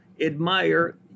admire